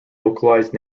localized